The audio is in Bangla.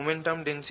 Momentum density